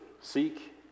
seek